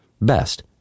Best